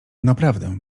naprawdę